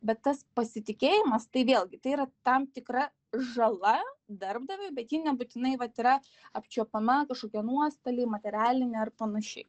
bet tas pasitikėjimas tai vėlgi tai yra tam tikra žala darbdaviui bet ji nebūtinai vat yra apčiuopiama kažkokie nuostoliai materialinė ar panašiai